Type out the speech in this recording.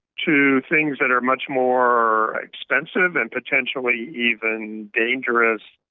to things that are much more extensive and potentially even dangerous,